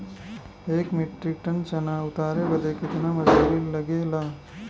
एक metric tonne चना उतारे बदे कितना मजदूरी लगे ला?